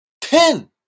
Ten